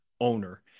owner